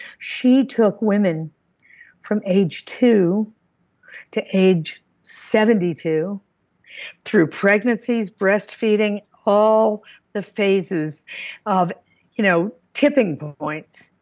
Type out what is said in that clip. she took women from age two to age seventy two through pregnancies, breastfeeding, all the phases of you know tipping points